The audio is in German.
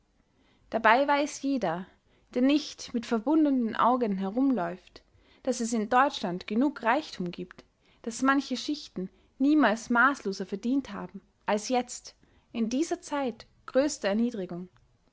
dabei weiß jeder der nicht mit verbundenen augen herumläuft daß es in deutschland genug reichtum gibt daß manche schichten niemals maßloser verdient haben als jetzt in dieser zeit größter erniedrigung